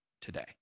today